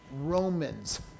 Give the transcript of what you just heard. Romans